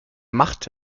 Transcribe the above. macht